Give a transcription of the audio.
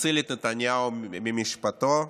נציל את נתניהו ממשפטו,